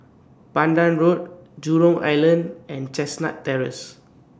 Pandan Road Jurong Island and Chestnut Terrace